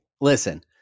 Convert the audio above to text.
Listen